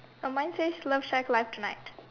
uh mine says love shack live tonight